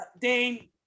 Dane